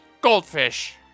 Goldfish